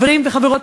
חברים וחברות,